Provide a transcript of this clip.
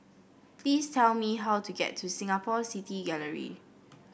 please tell me how to get to Singapore City Gallery